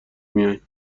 میایم